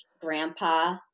Grandpa